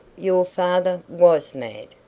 your father was mad,